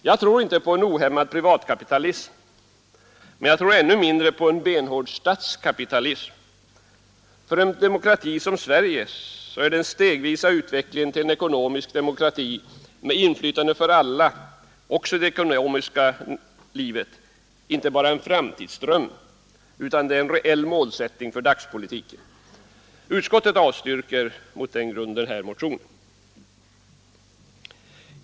Jag tror inte på en ohämmad privatkapitalism men jag tror ännu mindre på en benhård statskapitalism. För en demokrati som Sverige är en utveckling stegvis till en ekonomisk demokrati med inflytande för alla också i det ekonomiska livet inte bara en framtidsdröm utan en reell målsättning för dagspolitiken. Utskottet avstyrker på den grunden motionen.